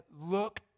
look